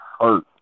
hurt